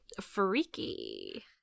freaky